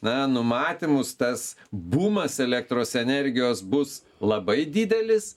na numatymus tas bumas elektros energijos bus labai didelis